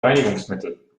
reinigungsmittel